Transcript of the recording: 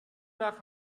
nach